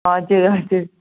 हजुर हजुर